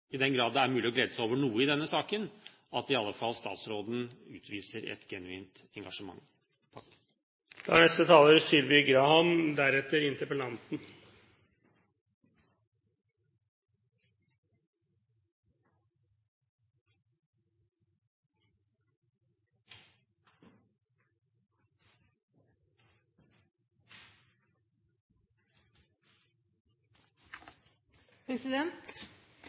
i den grad det er mulig å glede seg over noe i denne saken – at i alle fall statsråden utviser et genuint engasjement. Det er et viktig spørsmål interpellanten